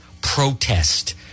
protest